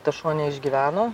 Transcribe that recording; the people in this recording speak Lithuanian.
tas šuo neišgyveno